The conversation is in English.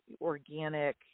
organic